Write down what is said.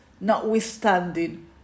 notwithstanding